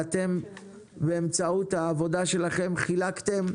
ואתם באמצעות העבודה שלכם חילקתם